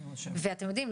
ואתם יודעים,